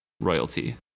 royalty